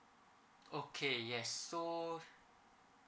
okay yes so